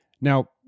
Now